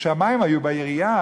גם בהסכם עם הבית היהודי,